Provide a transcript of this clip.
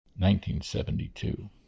1972